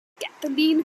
kathleen